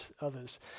others